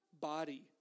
body